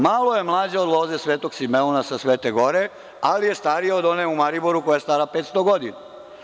Malo je mlađa od loze Svetog Simeona sa Svete Gore, ali je starija od one u Mariboru koja je star 500 godina.